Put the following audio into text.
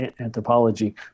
anthropology